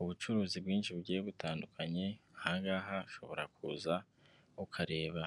ubucuruzi bwinshi bugiye butandukanye, aha ngaha ushobora kuza ukareba.